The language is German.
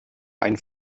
ein